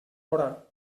vorà